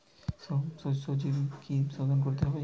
সব শষ্যবীজ কি সোধন করতে হবে?